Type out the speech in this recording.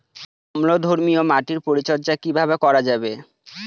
অম্লধর্মীয় মাটির পরিচর্যা কিভাবে করা যাবে?